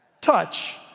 touch